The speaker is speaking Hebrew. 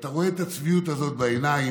ואתה רואה את הצביעות הזאת בעיניים.